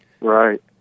Right